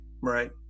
Right